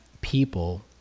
people